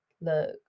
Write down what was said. look